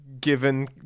given